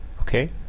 Okay